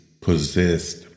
possessed